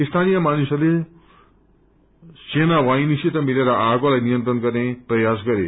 स्थानीय मानिसहरूले सेना बाहिनीसित मिलेर आगोलाई नियन्त्रण गर्ने प्रयास गरे